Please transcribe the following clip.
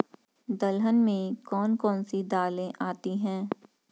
दलहन में कौन कौन सी दालें आती हैं?